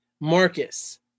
Marcus